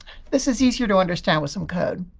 this is easier to understand with some code.